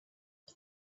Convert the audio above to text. but